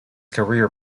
career